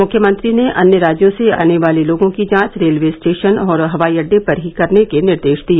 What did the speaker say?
मुख्यमंत्री ने अन्य राज्यों से आने वाले लोगों की जांच रेलवे स्टेशन और हवाई अड़डे पर ही करने के निर्देश दिए